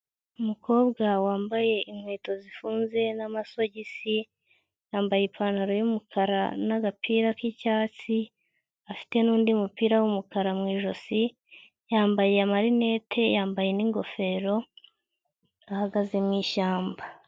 Umukobwa wambaye inkweto zifunze n'amasogisi, yambaye ipantaro y'umukara n'agapira k'icyatsi afite n'undi mupira w'umukara mu ijosi, yambaye amarinete, yambaye n'ingofero, ahagaze mu ishyamba.